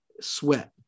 Sweat